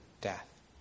death